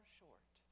short